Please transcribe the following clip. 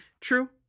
True